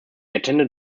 attended